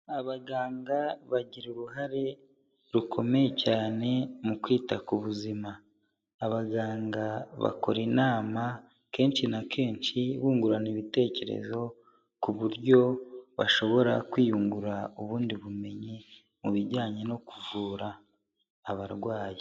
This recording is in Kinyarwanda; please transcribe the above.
Abaganga bagira uruhare rukomeye cyane mu kwita ku buzima. Abaganga bakora inama kenshi na kenshi bungurana ibitekerezo ku buryo bashobora kwiyungura ubundi bumenyi mu bijyanye no kuvura abarwayi.